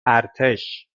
ارتش